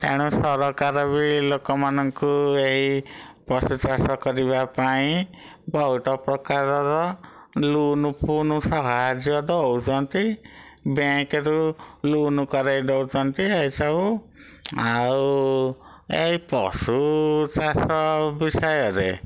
ତେଣୁ ସରକାର ବି ଲୋକମାନଙ୍କୁ ଏହି ପଶୁ ଚାଷ କରିବା ପାଇଁ ବହୁତ ପ୍ରକାରର ଲୁନୁ ଫୁନୁ ସାହାଯ୍ୟ ଦଉଛନ୍ତି ବ୍ୟାଙ୍କରୁ ଲୁନ କରାଇଦଉଛନ୍ତି ଏଇ ସବୁ ଆଉ ଏଇ ପଶୁ ଚାଷ ବିଷୟରେ